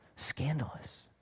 scandalous